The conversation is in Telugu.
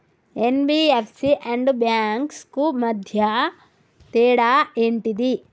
ఎన్.బి.ఎఫ్.సి అండ్ బ్యాంక్స్ కు మధ్య తేడా ఏంటిది?